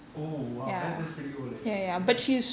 oh !wow! that's that's pretty old actually ya